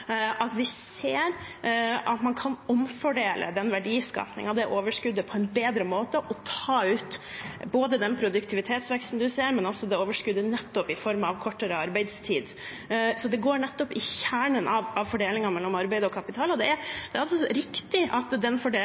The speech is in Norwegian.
vi ser at man kan omfordele verdiskapingen og overskuddet på en bedre måte, og ta ut både den produktivitetsveksten vi ser, og også overskuddet i form av nettopp kortere arbeidstid. Så det går nettopp til kjernen av fordelingen mellom arbeid og kapital. Det er riktig at den fordelingen er skjevere i dag, og derfor er det